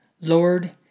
Lord